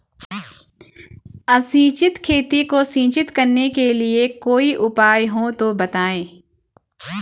असिंचित खेती को सिंचित करने के लिए कोई उपाय हो तो बताएं?